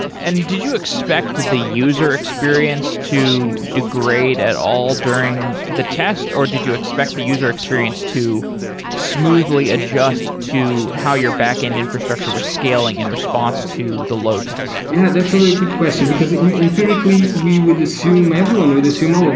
and did you expect the user experience to degrade at all during the test or did you expect the user experience to smoothly adjust to how your backend infrastructure was scaling in response to the load test? yeah, that's a good question, because empirically we would assume everyone would assume, oh!